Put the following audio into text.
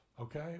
okay